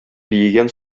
биегән